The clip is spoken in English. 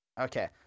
Okay